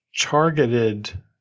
Targeted